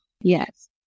Yes